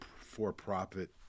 for-profit